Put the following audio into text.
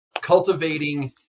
cultivating